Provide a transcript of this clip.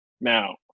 Now